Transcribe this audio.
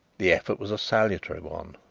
the effort was a salutary one,